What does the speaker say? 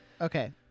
Okay